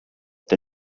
the